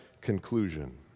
conclusion